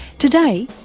today,